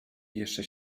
jeszcze